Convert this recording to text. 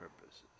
purposes